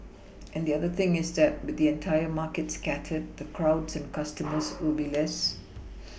and the other thing is that with the entire market scattered the crowds and customers will be less